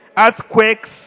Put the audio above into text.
earthquakes